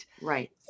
Right